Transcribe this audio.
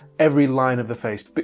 every line of the face! but